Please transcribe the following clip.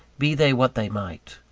be they what they might.